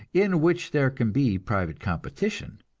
in which there can be private competition.